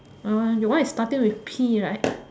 my one your one is starting with P right